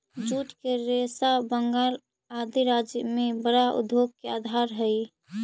jute के रेशा बंगाल आदि राज्य में बड़ा उद्योग के आधार हई